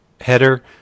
header